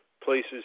places